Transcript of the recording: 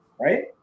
right